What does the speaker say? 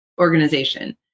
organization